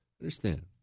Understand